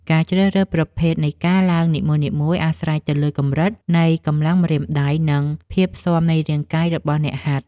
ការជ្រើសរើសប្រភេទនៃការឡើងនីមួយៗ អាស្រ័យទៅលើកម្រិតនៃកម្លាំងម្រាមដៃ និងភាពស៊ាំនៃរាងកាយរបស់អ្នកហាត់។